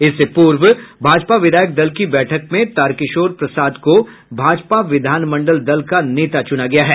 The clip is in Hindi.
इससे पूर्व भाजपा विधायक दल की बैठक में तारकिशोर प्रसाद को भाजपा विधानमंडल दल का नेता चुना गया है